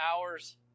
hours